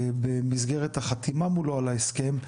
במסגרת החתימה מולו על ההסכם,